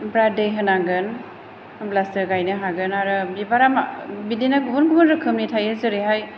ओमफ्राय दै होनांगोन होमब्लासो गायनो हागोन आरो बिबारा बिदिनो गुबुन गुबुन रोखोमनि थायो जेरैहाय